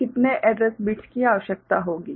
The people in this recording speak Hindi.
तो कितने एड्रैस बिट्स की आवश्यकता होगी